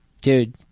Dude